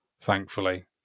thankfully